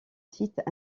site